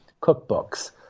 cookbooks